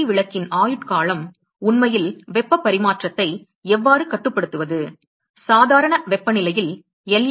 D விளக்கின் ஆயுட்காலம் உண்மையில் வெப்பப் பரிமாற்றத்தை எவ்வாறு கட்டுப்படுத்துவது சாதாரண வெப்பநிலையில் எல்